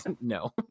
No